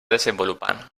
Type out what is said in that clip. desenvolupant